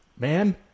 Man